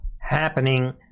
happening